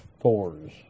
Fours